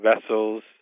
vessels